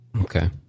Okay